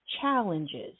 challenges